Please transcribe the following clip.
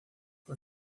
por